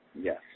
Yes